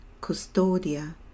custodia